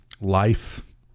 life